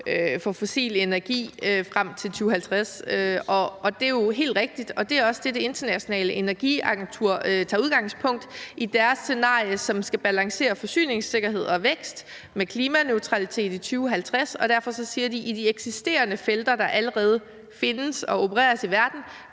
for fossil energi frem til 2050. Det er jo helt rigtigt, og det er også det, Det Internationale Energiagentur tager udgangspunkt i i deres scenarie, som skal balancere forsyningssikkerhed og vækst med klimaneutralitet i 2050. Derfor siger de, at i de eksisterende felter, dem, der allerede findes og opereres i, i verden,